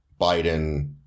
Biden